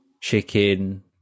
chicken